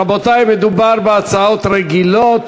רבותי, מדובר בהצעות רגילות.